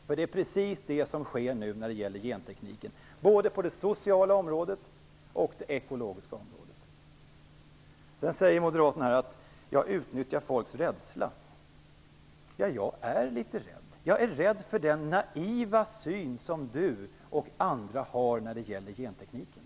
Men det är precis vad som nu sker i gentekniken, såväl på det sociala som på det ekologiska området. Moderaterna säger att jag utnyttjar folks rädsla. Ja, jag är litet rädd. Jag är rädd för den naiva syn på gentekniken som Peter Weibull Bernström och andra har.